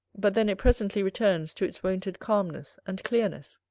but then it presently returns to its wonted calmness and clearness.